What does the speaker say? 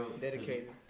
Dedicate